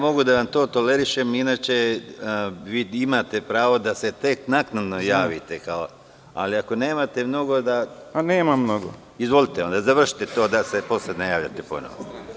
Mogu da vam to tolerišem, inače imate prava da se tek naknadno javite, ali ako nemate mnogo, izvolite onda, završite to da se posle ne javljate ponovo.